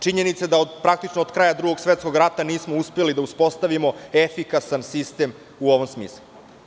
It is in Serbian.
Činjenica je da praktično od kraja Drugog svetskog rata nismo uspeli da uspostavimo efikasan sistem u ovom smislu.